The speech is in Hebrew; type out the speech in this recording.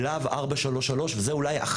בלהב 433 וזה אולי,